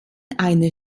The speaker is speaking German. einer